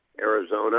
Arizona